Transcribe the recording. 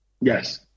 Yes